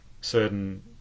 certain